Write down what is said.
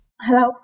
Hello